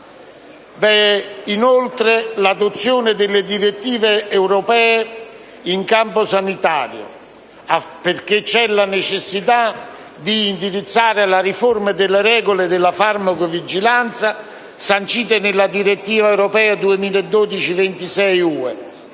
inoltre l'adozione delle direttive europee in campo sanitario; vi è infatti la necessità di indirizzare la riforma delle regole sulla farmacovigilanza sancite dalla direttiva n. 26 del 2012.